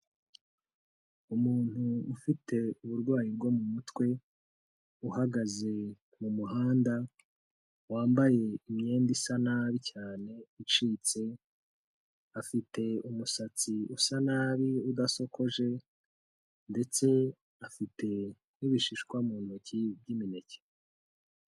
Umuntu ufite uburwayi bwo mu mutwe uhagaze mu muhanda wambaye imyenda isa nabi cyane icitse, afite umusatsi usa nabi udasokoje ndetse afite n'ibishishwa mu ntoki by'imineke.